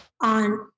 on